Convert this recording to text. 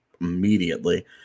immediately